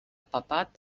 papat